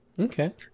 okay